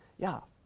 yeah,